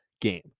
game